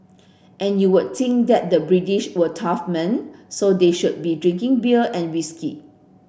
and you would think that the British were tough men so they should be drinking beer and whisky